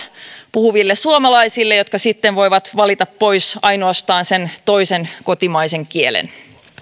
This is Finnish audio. puhuville suomalaisille jotka sitten voivat valita pois ainoastaan sen toisen kotimaisen kielen